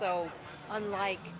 so unlike